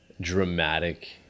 dramatic